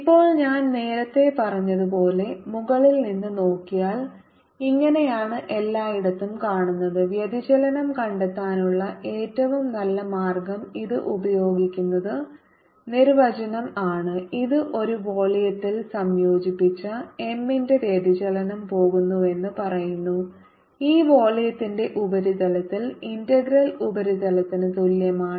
M ഇപ്പോൾ ഞാൻ നേരത്തെ പറഞ്ഞതുപോലെ മുകളിൽ നിന്ന് നോക്കിയാൽ ഇങ്ങനെയാണ് എല്ലായിടത്തും കാണുന്നത് വ്യതിചലനം കണ്ടെത്താനുള്ള ഏറ്റവും നല്ല മാർഗം ഇത് ഉപയോഗിക്കുന്നത് നിർവചനം ആണ് ഇത് ഒരു വോളിയത്തിൽ സംയോജിപ്പിച്ച M ന്റെ വ്യതിചലനം പോകുന്നുവെന്ന് പറയുന്നു ഈ വോളിയത്തിന്റെ ഉപരിതലത്തിൽ ഇന്റഗ്രൽ ഉപരിതലത്തിന് തുല്യമാണ്